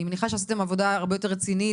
אני מניחה שעשיתם עבודה הרבה יותר רצינית